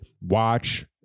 watch